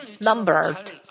numbered